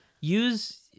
use